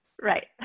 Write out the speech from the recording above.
Right